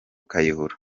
kayihura